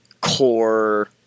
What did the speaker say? core